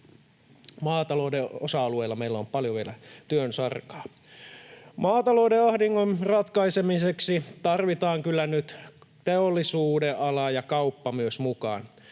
Maatalouden osa-alueilla meillä on paljon vielä työnsarkaa. Maatalouden ahdingon ratkaisemiseksi tarvitaan kyllä nyt myös teollisuudenala ja kauppa mukaan.